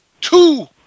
two